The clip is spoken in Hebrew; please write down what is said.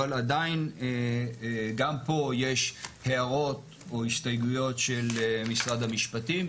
אבל עדיין גם פה יש הערות או הסתייגויות של משרד המשפטים.